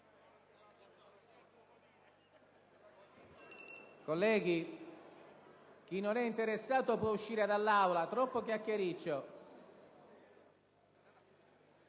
Colleghi, chi non è interessato può uscire dall'Aula: c'è troppo chiacchiericcio.